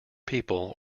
people